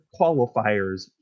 qualifiers